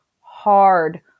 hard